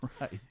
right